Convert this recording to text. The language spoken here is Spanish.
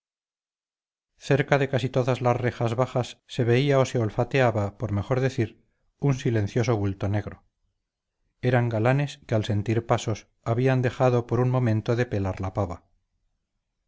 cerca de casi todas las rejas bajas se veía o se olfateaba por mejor decir un silencioso bulto negro eran galanes que al sentir pasos habían dejado por un momento de pelar la pava